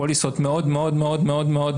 פוליסות מאוד מאוד יקרות,